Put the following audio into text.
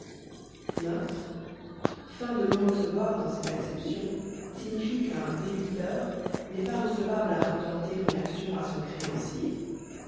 de non-recevoir dans cette acception signifie qu'un débiteur n'est pas recevable à intenter une action à son créancier